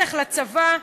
ובטח לצבא,